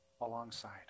alongside